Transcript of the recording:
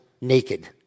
naked